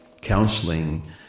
counseling